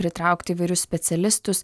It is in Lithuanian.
pritraukt įvairius specialistus